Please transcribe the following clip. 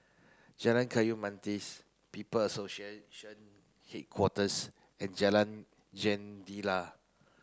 Jalan Kayu People Association Headquarters and Jalan Jendela